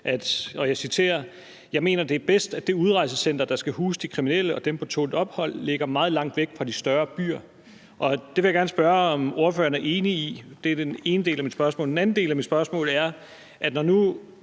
»Jeg mener, det er bedst, at det udrejsecenter, der skal huse de kriminelle og dem på tålt ophold, ligger meget langt væk fra større byer«. Det vil jeg gerne spørge om ordføreren er enig i. Det er den ene del af mit spørgsmål. Den anden del af mit spørgsmål er: Når nu